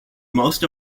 most